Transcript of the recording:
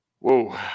Whoa